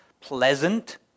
pleasant